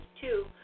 two